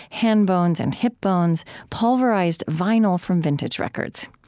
hand bones and hip bones, pulverized vinyl from vintage records.